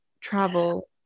travel